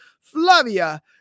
Flavia